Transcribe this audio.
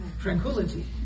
tranquility